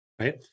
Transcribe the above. right